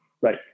Right